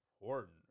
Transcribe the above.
important